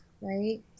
right